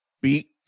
beat